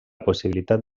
possibilitat